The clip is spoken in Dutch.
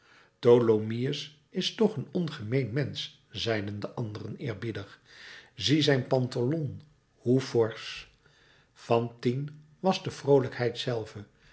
tholomyès is toch een ongemeen mensch zeiden de anderen eerbiedig zie zijn pantalon hoe forsch fantine was de vroolijkheid zelve